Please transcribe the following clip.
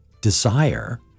desire